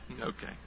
okay